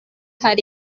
hari